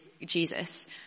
Jesus